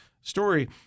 story